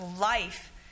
life